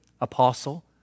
apostle